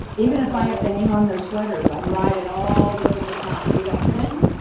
even if i have to hang on their sweaters. and ride it all the way to the top. we've got quentin,